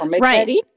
Right